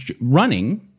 running